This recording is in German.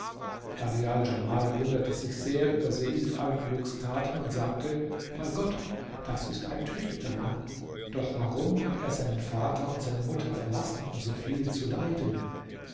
badial diamal wunderte sich sehr über seif almuluks taten und sagte bei gott das ist ein tüchtiger mann doch warum hat er seinen vater und seine mutter verlassen um so viel zu leiden